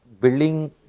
building